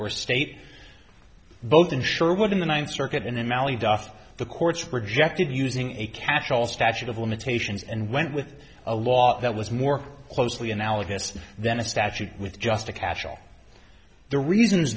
or state both unsure what in the ninth circuit in an alley duff the courts rejected using a catchall statute of limitations and went with a law that was more closely analogous than a statute with just a casual the reasons